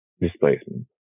displacement